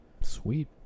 Sweet